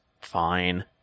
fine